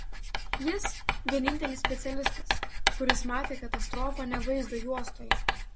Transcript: jis vienintelis specialistas kuris matė katastrofą ne vaizdo juostoje